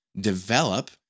develop